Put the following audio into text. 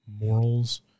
morals